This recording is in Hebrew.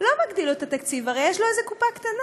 לא מגדיל לו את התקציב, הרי יש לו איזו קופה קטנה.